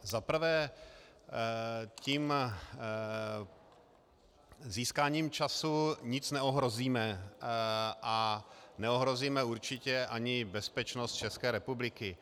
Za prvé tím získáním času nic neohrozíme a neohrozíme určitě ani bezpečnost České republiky.